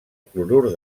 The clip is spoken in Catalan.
clorur